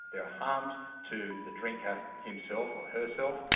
there are harms to the drinker himself or herself,